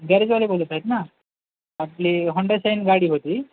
गॅरेजवाले बोलत आहेत ना आपली हंडे सेईन गाडी होती